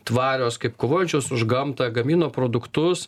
tvarios kaip kovojančios už gamtą gamino produktus